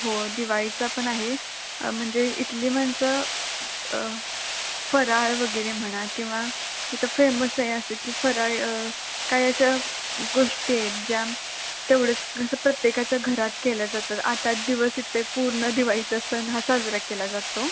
हो दिवाळीचा पण आहे म्हणजे इथली माणसं फराळ वगैरे म्हणा किंवा इथं फेमस आहे असं की फराळ काही अशा गोष्टी आहेत ज्या तेवढंच कसं प्रत्येकाच्या घरात केल्या जातं आठआठ दिवस इथे पूर्ण दिवाळीचा सण हा साजरा केला जातो